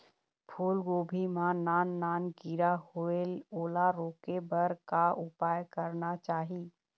फूलगोभी मां नान नान किरा होयेल ओला रोके बर का उपाय करना चाही?